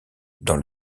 dans